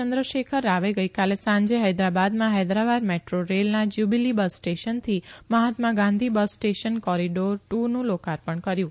ચંદ્રશેખર રાવે ગઇકાલે સાંજે હૈદરાબાદમાં હૈદરાબાદ મેદ્રો રેલના યુબીલી બસ સ્ટેશનથી Mahatma Gandhi bus station corridor two નું લોકાર્તણ કર્યુ